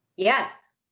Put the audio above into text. Yes